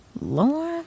lord